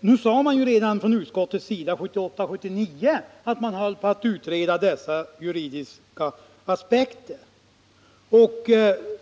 Nu sade ju utskottet redan i betänkandet från 1978/79 att dessa juridiska aspekter höll på att utredas.